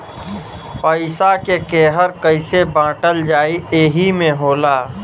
पइसा के केहर कइसे बाँटल जाइ एही मे होला